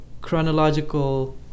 chronological